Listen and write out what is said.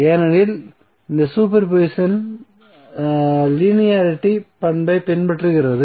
ஏனெனில் இந்த superposition linearity பண்பை பின்பற்றுகிறது